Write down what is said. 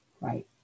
right